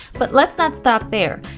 but let's not stop there,